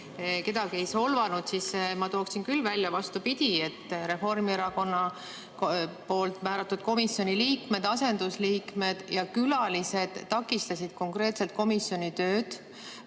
kedagi ei solvanud, siis ma tooksin küll välja, et vastupidi, Reformierakonna määratud komisjoni liikmed, asendusliikmed ja külalised takistasid konkreetselt komisjoni tööd,